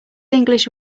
english